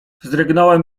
wzdrygnąłem